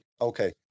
okay